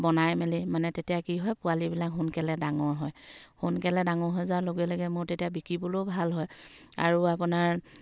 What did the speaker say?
বনাই মেলি মানে তেতিয়া কি হয় পোৱালিবিলাক সোনকালে ডাঙৰ হয় সোনকালে ডাঙৰ হৈ যোৱাৰ লগে লগে মোৰ তেতিয়া বিকিবলৈয়ো ভাল হয় আৰু আপোনাৰ